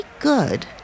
good